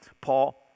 Paul